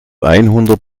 einhundert